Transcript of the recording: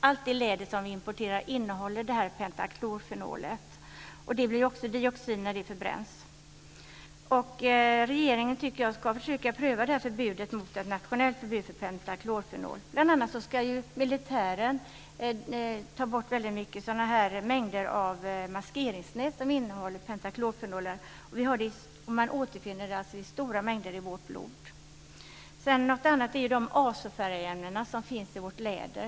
Allt läder som vi importerar innehåller pentaklorfenol. Det blir dioxin även när det förbränns. Jag tycker att regeringen ska försöka pröva ett nationellt förbud mot pentaklorfenol. Militären ska nu ta bort mängder av maskeringsnät som innehåller pentaklorfenol. Man återfinner alltså detta i stora mängder i vårt blod. En annan sak är azofärgämnena som finns i vårt läder.